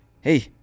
hey